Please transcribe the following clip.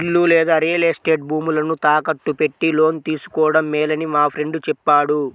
ఇల్లు లేదా real estate భూములను తాకట్టు పెట్టి లోను తీసుకోడం మేలని మా ఫ్రెండు చెప్పాడు